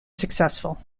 successful